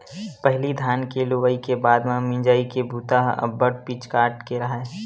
पहिली धान के लुवई के बाद म मिंजई के बूता ह अब्बड़ पिचकाट के राहय